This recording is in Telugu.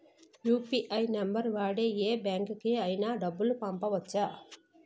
యు.పి.ఐ నంబర్ వాడి యే బ్యాంకుకి అయినా డబ్బులు పంపవచ్చ్చా?